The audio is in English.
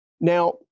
Now